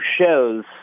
shows